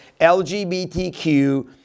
LGBTQ